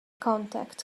contact